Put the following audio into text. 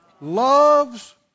Loves